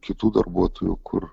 kitų darbuotojų kur